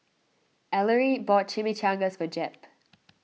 Ellery bought Chimichangas for Jep